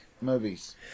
movies